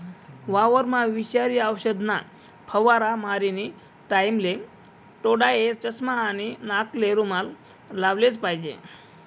वावरमा विषारी औषधना फवारा मारानी टाईमले डोयाले चष्मा आणि नाकले रुमाल लावलेच जोईजे